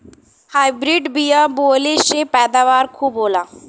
hybrid बिया बोवले से पैदावार खूब होला